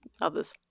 others